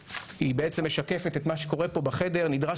שבעצם משקפת את מה שקורה פה בחדר נדרש